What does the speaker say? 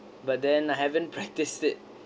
but then I haven't practiced it